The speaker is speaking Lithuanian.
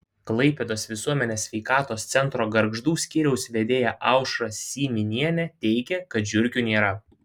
klaipėdos visuomenės sveikatos centro gargždų skyriaus vedėja aušra syminienė teigia kad žiurkių nėra